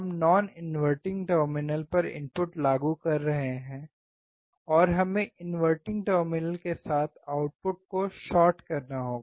हम non inverting terminal पर input लागू कर रहे हैं और हमें इनवर्टिंग टर्मिनल के साथ आउटपुट को शॉर्ट करना होगा